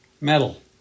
metal